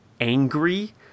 angry